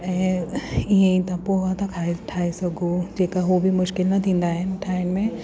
ऐं इअं ई तव्हां पोहा था ठाहे ठाहे सघो जेका उहे बि मुश्किलु न थींदा आहिनि ठाहिण में